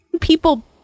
people